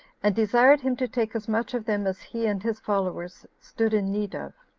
and desired him to take as much of them as he and his followers stood in need of.